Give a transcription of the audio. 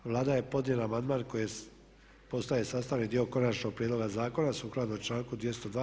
Vlada je podnijela amandman koji postaje sastavni dio Konačnog prijedloga zakona sukladno članku 202.